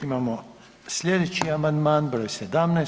Imamo slijedeći amandman broj 17.